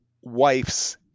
wife's